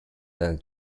than